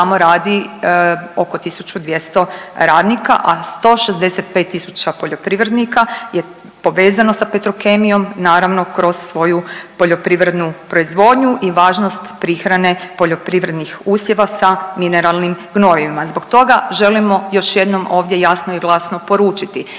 tamo radi oko 1.200 radnika, a 165 tisuća poljoprivrednika je povezano sa Petrokemijom naravno kroz svoju poljoprivrednu proizvodnju i važnost prihrane poljoprivrednih usjeva sa mineralnim gnojivima. Zbog toga želimo još jednom ovdje jasno i glasno poručiti